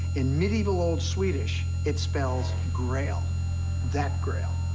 in medieval old swedish, it spells grail that grail.